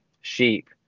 sheep